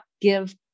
give